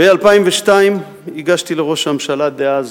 ב-2002 הגשתי לראש הממשלה דאז,